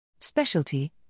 Specialty